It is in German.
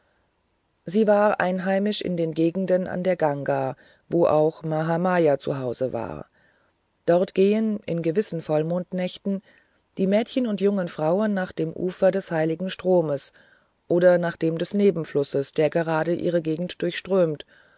sie war einheimisch in den gegenden an der ganga wo auch mahamaya zu hause war dort gehen in gewissen vollmondnächten die mädchen und jungen frauen nach dem ufer des heiligen stromes oder nach dem des nebenflusses der gerade ihre gegend durchströmt